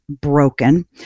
broken